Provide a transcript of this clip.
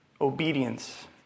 obedience